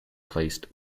placed